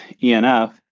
ENF